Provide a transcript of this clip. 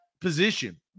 position